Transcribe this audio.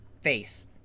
face